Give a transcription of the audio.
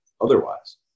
otherwise